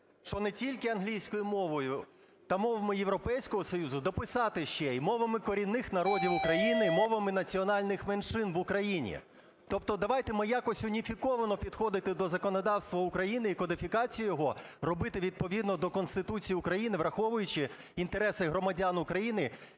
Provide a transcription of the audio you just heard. що не тільки англійською мовою та мовами Європейського Союзу, дописати ще: і мовами корінних народів України, і мовами національних меншин в Україні. Тобто давайте ми якось уніфіковано підходити до законодавства України і кодифікації його робити відповідно до Конституції України, враховуючи інтереси громадян України,